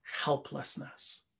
helplessness